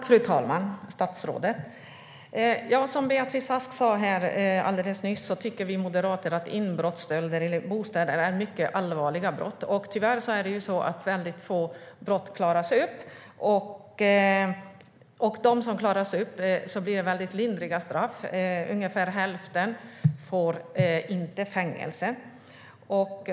Fru talman, statsrådet! Som Beatrice Ask sa alldeles nyss tycker vi moderater att inbrottsstölder i bostäder är mycket allvarliga brott. Tyvärr klaras väldigt få brott upp, och för dem som klaras upp blir det mycket lindriga straff - i ungefär hälften av fallen blir det inte fängelse.